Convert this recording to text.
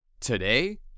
Today